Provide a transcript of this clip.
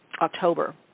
October